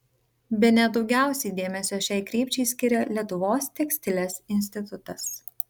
bene daugiausiai dėmesio šiai krypčiai skiria lietuvos tekstilės institutas